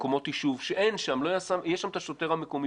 במקומות יישוב שיש שם את השוטר המקומי